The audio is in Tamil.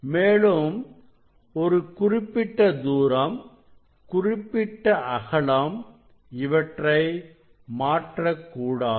மேலும் ஒரு குறிப்பிட்ட தூரம் குறிப்பிட்ட அகலம் இவற்றை மாற்றக்கூடாது